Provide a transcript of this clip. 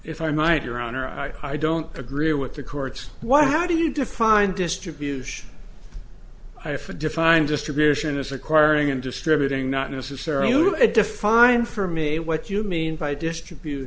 if i might your honor i don't agree with the courts why how do you define distribution i for defining distribution as acquiring and distributing not necessarily do it define for me what you mean by distribut